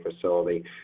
facility